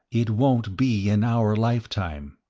it won't be in our lifetime.